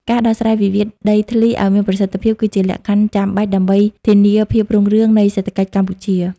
ការដោះស្រាយវិវាទដីធ្លីឱ្យមានប្រសិទ្ធភាព គឺជាលក្ខខណ្ឌចាំបាច់ដើម្បីធានាភាពរុងរឿងនៃសេដ្ឋកិច្ចកម្ពុជា។